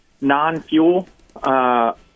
non-fuel